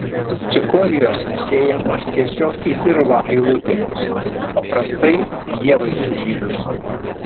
cikorijos sėjamos tiesiog į dirvą eilutėmis paprastajai ievai sužydus